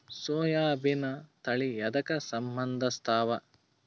ಸೋಯಾಬಿನ ತಳಿ ಎದಕ ಸಂಭಂದಸತ್ತಾವ?